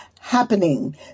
happening